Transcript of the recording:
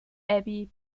abbey